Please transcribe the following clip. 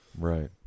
Right